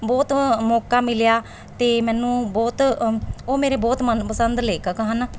ਬਹੁਤ ਮੌਕਾ ਮਿਲਿਆ ਅਤੇ ਮੈਨੂੰ ਬਹੁਤ ਉਹ ਮੇਰੇ ਬਹੁਤ ਮਨਪਸੰਦ ਲੇਖਕ ਹਨ